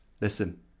Listen